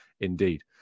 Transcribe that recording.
Indeed